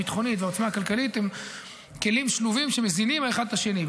הביטחונית והכלכלית הן כלים שלובים שמזינים אחד את השני.